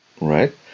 right